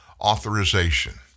Authorization